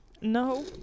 No